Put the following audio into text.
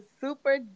super